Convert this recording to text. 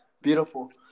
Beautiful